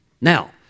Now